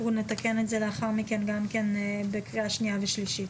אנחנו גם נתקן את זה לאחר מכן גם כן לקראת שנייה ושלישית.